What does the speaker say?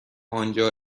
آنجا